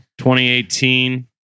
2018